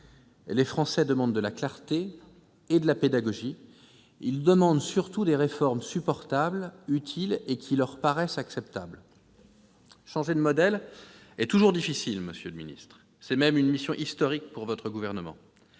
Les Français demandent de la clarté et de la pédagogie. Ils demandent surtout des réformes supportables, utiles et qui leur paraissent acceptables. Changer de modèle est toujours difficile, monsieur le ministre. C'est même une mission historique pour votre gouvernement.